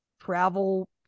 travel